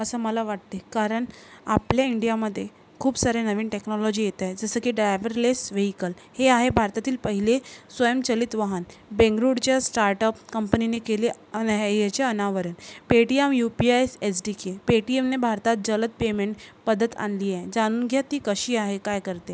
असं मला वाटते कारण आपल्या इंडियामध्ये खूप साऱ्या नवीन टेक्नॉलॉजी येत आहेत जसं की डायबरलेस व्हेइकल हे आहे भारतातील पहिले स्वयंचलित वाहन बेंगरूळच्या स्टार्टअप कंपनीने केले आणि ह्या ह्याचे अनावरण Paytm U P I S D K पेटीयेमने भारतात जलद पेमेंट पद्धत आणली आहे जाणून घ्या ती कशी आहे काय करते